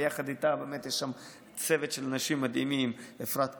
יחד איתה יש צוות של אנשים מדהימים: אפרת קציר,